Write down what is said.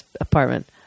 apartment